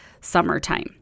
summertime